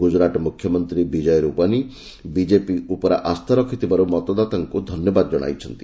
ଗୁଜୁରାଟ୍ ମୁଖ୍ୟମନ୍ତ୍ରୀ ବିଜୟୀ ରୂପାନୀ ବିଜେପି ଉପରେ ଆସ୍ଥା ରଖିଥିବାରୁ ମତଦାତାମାନଙ୍କୁ ଧନ୍ୟବାଦ ଜଣାଇଛନ୍ତି